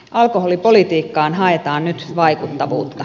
alkoholipolitiikkaan haetaan nyt vaikuttavuutta